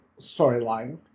storyline